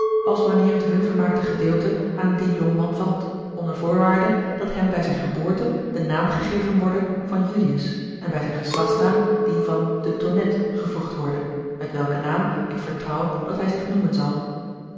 als wanneer het hun vermaakte gedeelte aan dien jongman valt onder voorwaarde dat hem bij zijne geboorte de naam gegeven worde van julius en bij zijn geslachts naam die van de tonnette gevoegd worde met welken naam ik vertrouw dat hij zich noemen zal